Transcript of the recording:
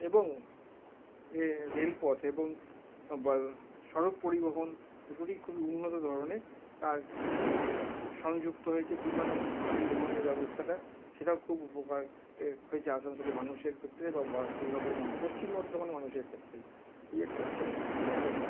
এবং রেলপথ এবং সড়ক পরিবহন দুটোরই খুবই উন্নত ধরনের আর নতুন সংযুক্ত হয়েছে বিমান পরিবহনের ব্যবস্থাটা সেটাও খুব উপকার হয়েছে আসানসোলের মানুষের ক্ষেত্রে বা দুর্গাপুর বা পশ্চিম বর্ধমান মানুষদের ক্ষেত্রে এই একটা বিশাল সুবিধা